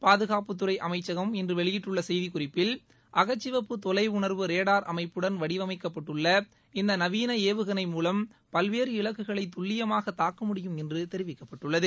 பாதுகாப்புத்துறை அமைச்சகம் இன்று வெளியிட்டுள்ள செய்திக்குறிப்பில் அகச்சிவப்பு தொலையுணர்வு ரேடார் அமைப்புடன் வடிவமைக்கப்பட்டுள்ள இந்த நவீன வவுகணை மூலம் பல்வேறு இலக்குகளை துல்லியமாக தாக்க முடியும் என்று தெரிவிக்கப்பட்டுள்ளது